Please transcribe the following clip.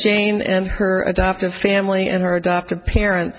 jane and her adoptive family and her adoptive parents